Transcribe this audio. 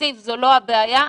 תקציב זו לא הבעיה.